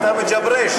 אתה מג'ברש.